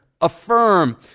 affirm